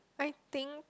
I think